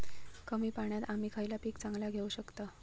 कमी पाण्यात आम्ही खयला पीक चांगला घेव शकताव?